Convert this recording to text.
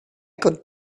got